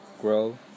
grow